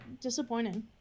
disappointing